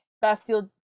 Bastille